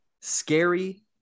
scary